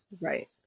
Right